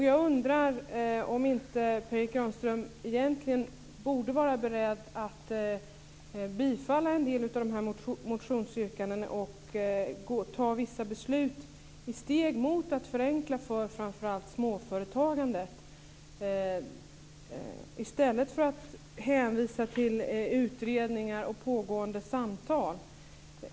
Jag undrar om inte Per Erik Granström egentligen borde vara beredd att bifalla en del av de här motionsyrkandena och fatta vissa beslut i riktning mot att förenkla för framför allt småföretagandet i stället för att hänvisa till utredningar och pågående samtal.